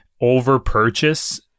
over-purchase